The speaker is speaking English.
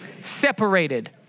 separated